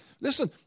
listen